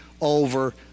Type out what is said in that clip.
over